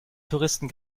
touristen